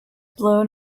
blown